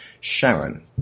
Sharon